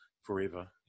forever